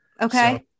Okay